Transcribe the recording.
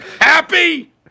Happy